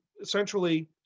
essentially